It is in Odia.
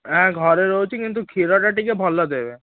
ଘରେ ରହୁଛି କିନ୍ତୁ କ୍ଷୀରଟା ଟିକେ ଭଲ ଦେବେ